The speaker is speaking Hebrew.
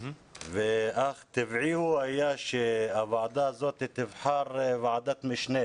ואך טבעי היה שהוועדה הזאת תבחר ועדת משנה